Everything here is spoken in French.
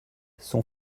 son